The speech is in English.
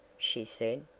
she said,